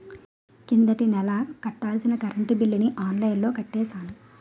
కిందటి నెల కట్టాల్సిన కరెంట్ బిల్లుని ఆన్లైన్లో కట్టేశాను